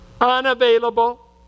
unavailable